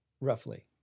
Roughly